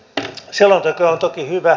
selonteko on toki hyvä